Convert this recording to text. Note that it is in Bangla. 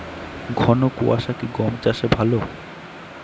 ঘন কোয়াশা কি গম চাষে ভালো?